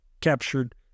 captured